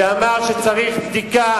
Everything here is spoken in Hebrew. שאמר שצריך בדיקה.